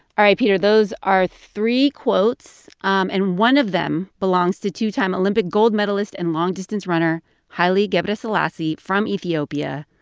all right, peter. those are three quotes, um and one of them belongs to two-time olympic gold medalist and long-distance runner haile gebrselassie from ethiopia.